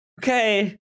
okay